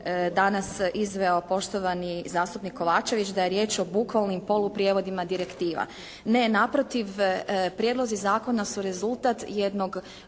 danas izveo poštovani zastupnik Kovačević da je riječ o bukvalnim poluprijevodima direktiva. Ne, naprotiv prijedlozi zakona su rezultat jednog